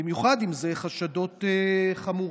במיוחד אם מדובר בחשדות חמורים.